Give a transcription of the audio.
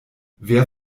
wer